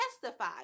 testify